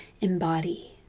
embody